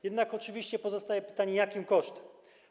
Jednak oczywiście pozostaje pytanie, jakim kosztem.